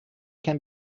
can